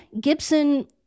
Gibson